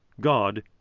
God